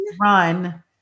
Run